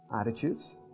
attitudes